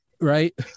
right